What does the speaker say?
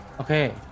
Okay